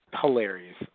hilarious